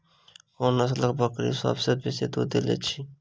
कोन नसलक बकरी सबसँ बेसी दूध देइत अछि?